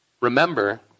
Remember